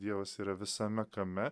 dievas yra visame kame